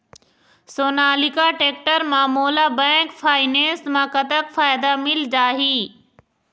Sonalika tractor म मोला bank finance म कतक फायदा मिल जाही?